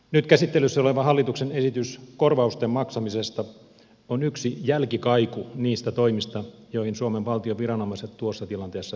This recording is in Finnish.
nyt käsittelyssä oleva hallituksen esitys korvausten maksamisesta on yksi jälkikaiku niistä toimista joihin suomen valtion viranomaiset tuossa tilanteessa ryhtyivät